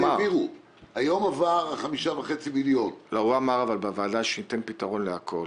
היום עברו 5.5 מיליון --- הוא אמר בוועדה שהוא ייתן פתרון לכול.